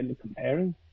comparing